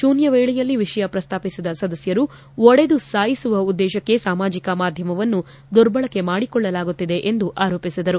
ಶೂನ್ಯ ವೇಳೆಯಲ್ಲಿ ವಿಷಯ ಪ್ರಸ್ತಾಪಿಸಿದ ಸದಸ್ಯರು ಒಡೆದು ಸಾಯಿಸುವ ಉದ್ದೇಶಕ್ಕೆ ಸಾಮಾಜಿಕ ಮಾಧ್ಯಮವನ್ನು ದುರ್ದಬಳಕೆ ಮಾಡಿಕೊಳ್ಳಲಾಗುತ್ತಿದೆ ಎಂದು ಆರೋಪಿಸಿದರು